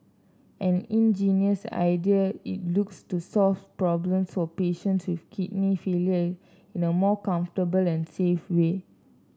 an ingenious idea it looks to solve problems for patient with kidney failure in a more comfortable and safe way